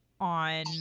on